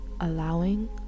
allowing